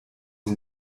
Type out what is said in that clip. sie